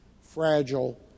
fragile